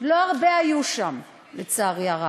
לא הרבה היו שם, לצערי הרב.